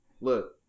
Look